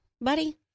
buddy